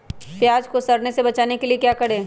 प्याज को सड़ने से बचाने के लिए क्या करें?